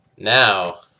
Now